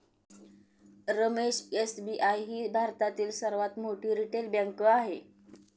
Ramesh SBI ही भारतातील सर्वात मोठी रिटेल बँक आहे